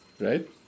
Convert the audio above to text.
right